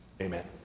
Amen